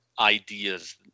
ideas